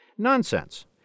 nonsense